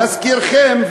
להזכירכם,